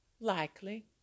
Likely